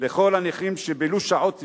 לכל הנכים שבילו שעות,